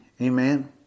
Amen